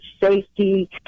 safety